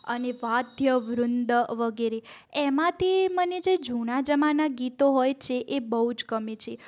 અને વાદ્ય વૃંદ વગેરે એમાંથી મને જે જૂના જમાના ગીતો હોય છે એ બહુ જ ગમે છે